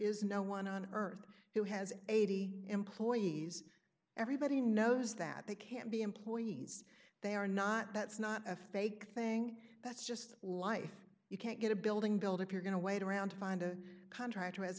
is no one on earth who has eighty employees everybody knows that they can't be employees they are not that's not a fake thing that's just life you can't get a building build if you're going to wait around to find a contractor has